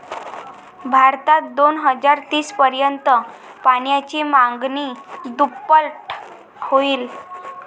भारतात दोन हजार तीस पर्यंत पाण्याची मागणी दुप्पट होईल